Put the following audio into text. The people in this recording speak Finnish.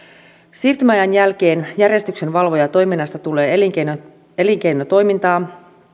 siirtymäajan jälkeen järjestyksenvalvojatoiminnasta tulee elinkeinotoimintana